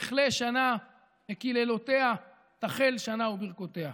תכלה שנה וקללותיה, תחל שנה וברכותיה.